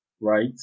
right